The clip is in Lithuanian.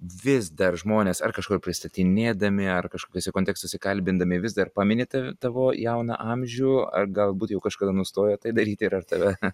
vis dar žmonės ar kažkur pristatinėdami ar kažkokiuose kontekstuose kalbindami vis dar pamini tave tavo jauną amžių ar galbūt jau kažkada nustojo tai daryti ir ar tave